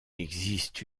existe